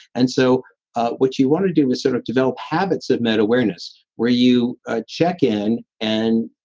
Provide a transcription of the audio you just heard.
and so what you want to do is sort of develop habits of meta-awareness where you ah check in and